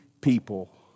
people